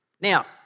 Now